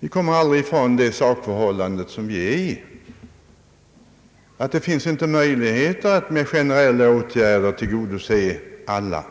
Vi kommer aldrig ifrån det sakförhållandet att det inte finns möjligheter att med generella åtgärder tillgodose alla.